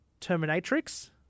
Terminatrix